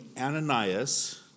Ananias